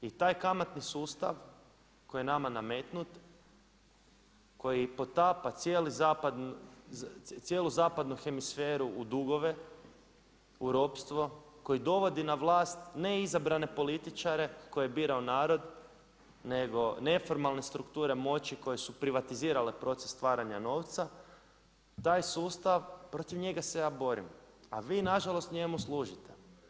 I taj kamatni sustav koji je nama nametnut, koji potapa cijelu zapadnu hemisferu u dugovi, u ropstvo, koji dovodi na vlast ne izabrane političare koje je birao narod nego neformalne strukture moći koje su privatizirale proces stvaranja novca, taj sustav, protiv njega se ja borim a vi nažalost njemu služite.